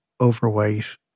overweight